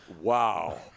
Wow